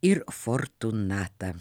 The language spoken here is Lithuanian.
ir fortūnatą